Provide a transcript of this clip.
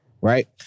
right